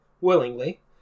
willingly